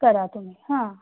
करा तुम्ही हां